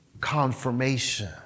confirmation